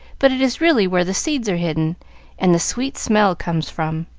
but it is really where the seeds are hidden and the sweet smell comes from.